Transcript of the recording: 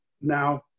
Now